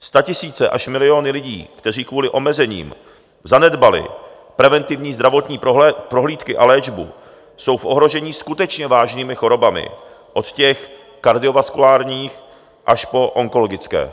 Statisíce až miliony lidí, kteří kvůli omezením zanedbali preventivní zdravotní prohlídky a léčbu, jsou v ohrožení skutečně vážnými chorobami, od těch kardiovaskulárních až po onkologické.